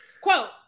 Quote